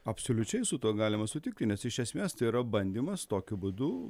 absoliučiai su tuo galima sutikti nes iš esmės tai yra bandymas tokiu būdu